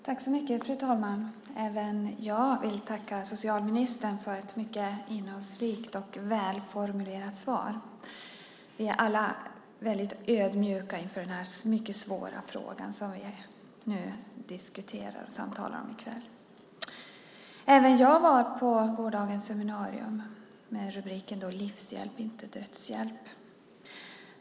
Fru talman! Även jag vill tacka socialministern för ett mycket innehållsrikt och välformulerat svar. Vi är alla väldigt ödmjuka inför den här mycket svåra frågan som vi nu diskuterar och samtalar om i kväll. Även jag var på gårdagens seminarium med rubriken Livshjälp - inte dödshjälp.